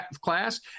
class